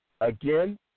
Again